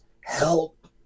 help